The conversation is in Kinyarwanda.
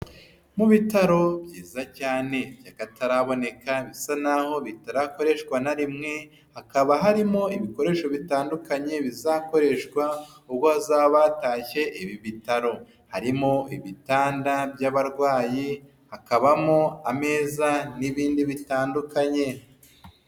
Mu bitaro byiza cyane by’akataraboneka bisa n’aho bitarakoreshwa na rimwe, hakaba harimo ibikoresho bitandukanye bizakoreshwa ubwo bazaba batashye ibi bitaro, harimo ibitanda by'abarwayi, hakabamo ameza n'ibindi bitandukanye.